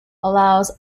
allows